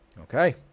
Okay